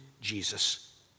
Jesus